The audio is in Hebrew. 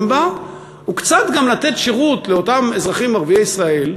בה וקצת גם לתת שירות לאותם אזרחים ערביי ישראל,